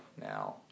now